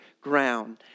ground